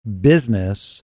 business